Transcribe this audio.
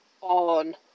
on